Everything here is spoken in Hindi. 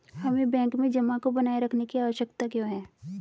हमें बैंक में जमा को बनाए रखने की आवश्यकता क्यों है?